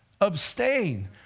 abstain